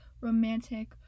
romantic